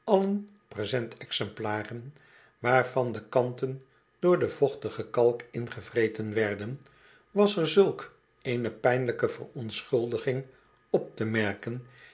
allen present exemplaren waarvan de kanten door de vochtige kalk ingevreten werden was er zulk eene pijnlijke verontschuldiging op te merken